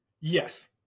yes